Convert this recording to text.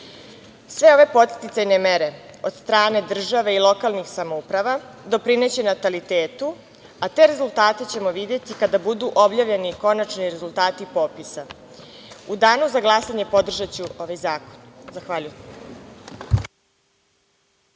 ove podsticajne mere od strane države i lokalnih samouprava doprineće natalitetu, a te rezultate ćemo videti kada budu objavljeni konačni rezultati popisa.U danu za glasanje podržaću ovaj zakon. Zahvaljujem.